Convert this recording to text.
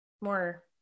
more